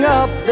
up